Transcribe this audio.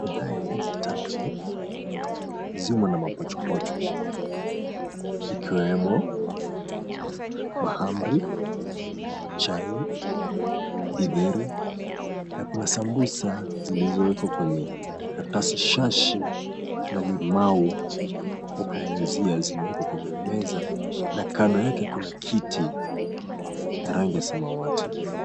Sahani hizi tatu zimo na mapochopocho ikiwemo; mahamri, chai, githeri na kuna sambusa zilizowekwa kwenye karatasi shashi na limau, huku zimewekwa kwenye meza na kando kuna kiti cha rangi ya samawati.